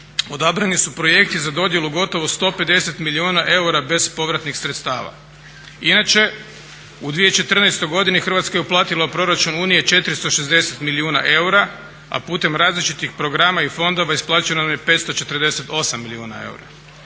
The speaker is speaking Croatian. odabrani su projekti za dodjelu gotovo 150 milijuna eura bespovratnih sredstava. Inače u 2014. godini Hrvatska je uplatila u Proračun Unije 460 milijuna eura, a putem različitih programa i fondova isplaćeno nam je 548 milijuna eura.